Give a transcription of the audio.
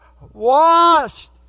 washed